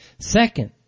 Second